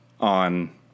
on